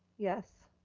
yes.